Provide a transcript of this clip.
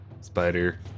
Spider